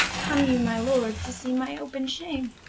come you, my lord, to see my open shame?